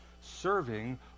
serving